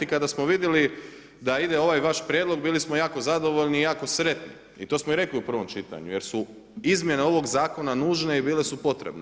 Kada smo vidjeli da ide ovaj vaš prijedlog bili smo jako zadovoljni jako sretni i to smo i rekli u prvom čitanju jer su izmjene ovoga zakona nužne i bile su potrebne.